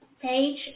page